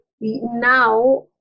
now